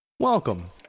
Welcome